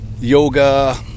yoga